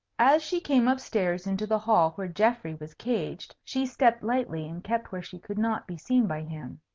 as she came up-stairs into the hall where geoffrey was caged, she stepped lightly and kept where she could not be seen by him.